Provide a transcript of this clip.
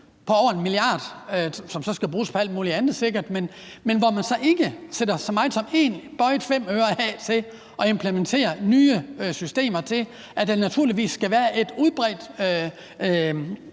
på over 1 mia. kr., som sikkert skal bruges på alt muligt andet, men at man så ikke sætter så meget som en bøjet femøre af til at implementere nye systemer, i forhold til at der naturligvis skal være en udbredt